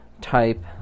type